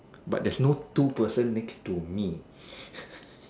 but there's no two person next to me